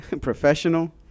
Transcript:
professional